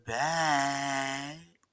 back